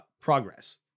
progress